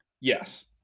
Yes